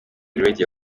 radio